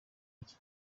iki